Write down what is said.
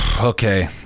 okay